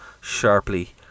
sharply